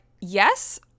yes